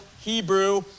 Hebrew